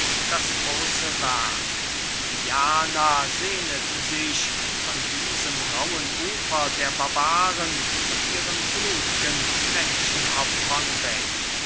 das große werk diana sehnet sich von diesem rauhen ufer der barbaren und ihren blut'gen menschenopfern weg